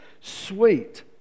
sweet